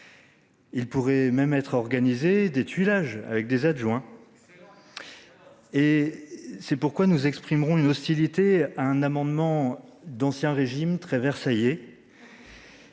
il pourrait même être organisé des tuilages avec des adjoints ... Excellent ! C'est pourquoi nous exprimerons notre hostilité à un amendement d'Ancien Régime, très « versaillais